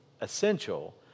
essential